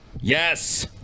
yes